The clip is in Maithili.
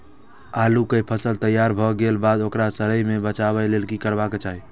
आलू केय फसल तैयार भ गेला के बाद ओकरा सड़य सं बचावय लेल की करबाक चाहि?